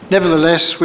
Nevertheless